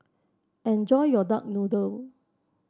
enjoy your Duck Noodle